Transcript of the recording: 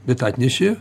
bet atnešė